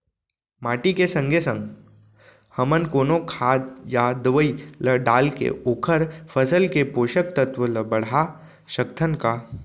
माटी के संगे संग हमन कोनो खाद या दवई ल डालके ओखर फसल के पोषकतत्त्व ल बढ़ा सकथन का?